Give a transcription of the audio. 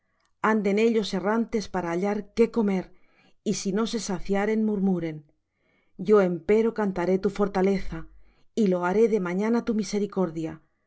anden ellos errantes para hallar qué comer y si no se saciaren murmuren yo empero cantaré tu fortaleza y loaré de mañana tu misericordia